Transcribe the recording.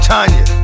Tanya